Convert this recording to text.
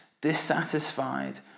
dissatisfied